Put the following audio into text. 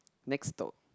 next stop